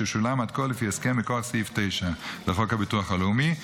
ששולם עד כה לפי הסכם מכוח סעיף 9 לחוק הביטוח הלאומי,